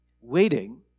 waiting